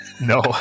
No